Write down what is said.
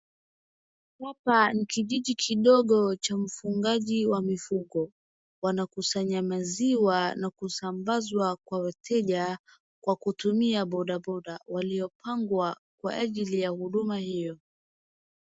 Hapa ni kijiji kidogo cha mfugaji wa mifugo, wanakusanya maziwa na kusambazwa kwa wateja kwa kutumia bodaboda, waliopangwa kwa ajili ya huduma hiyo.